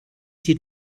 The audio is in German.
sie